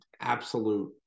absolute